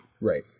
Right